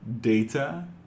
data